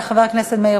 חבר הכנסת מאיר